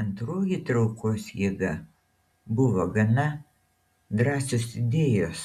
antroji traukos jėga buvo gana drąsios idėjos